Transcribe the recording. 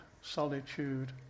solitude